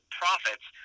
profits